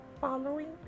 following